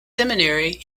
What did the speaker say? seminary